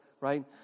right